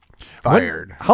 Fired